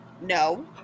No